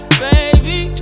baby